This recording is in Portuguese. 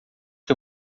que